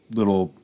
little